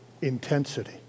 intensity